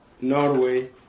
Norway